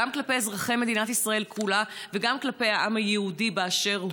גם כלפי אזרחי מדינת ישראל כולה וגם כלפי העם היהודי באשר הוא.